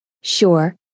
Sure